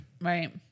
right